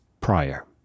prior